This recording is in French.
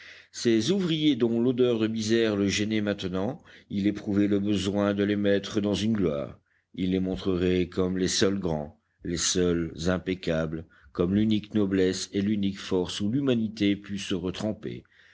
ces ouvriers dont l'odeur de misère le gênait maintenant il éprouvait le besoin de les mettre dans une gloire il les montrerait comme les seuls grands les seuls impeccables comme l'unique noblesse et l'unique force où l'humanité pût se retremper